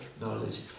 knowledge